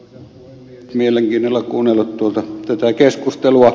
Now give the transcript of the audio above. olen mielenkiinnolla kuunnellut tätä keskustelua